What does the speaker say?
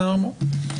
בסדר גמור.